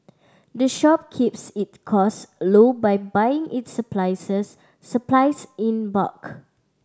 the shop keeps it cost low by buying its surprises supplies in bulk